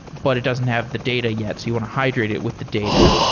but it doesn't have the data yet. so you want to hydrate it with the data.